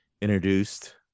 Introduced